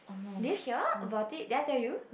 did you hear about it did I tell you